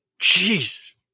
Jeez